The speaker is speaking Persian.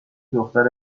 دختر